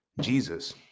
Jesus